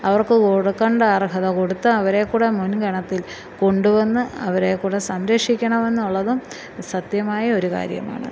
അവർക്ക് കൊടുക്കേണ്ട അർഹത കൊടുത്ത് അവരെ കൂടെ മുൻഗണത്തിൽ കൊണ്ടു വന്ന് അവരെ കൂടെ സംരക്ഷിക്കണം എന്നുള്ളതും സത്യമായ ഒരു കാര്യമാണ്